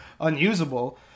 unusable